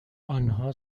آنها